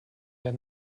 der